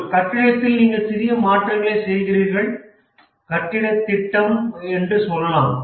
ஒரு கட்டிடத்தில் நீங்கள் சிறிய மாற்றங்களைச் செய்கிறீர்கள் கட்டிடத் திட்டம் என்று சொல்லலாம்